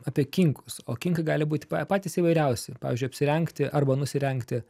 apie kinkus o kinkai gali būti pa patys įvairiausi pavyzdžiui apsirengti arba nusirengti